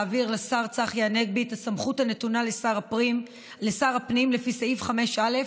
להעביר לשר צחי הנגבי את הסמכות הנתונה לשר הפנים לפי סעיף 5(א)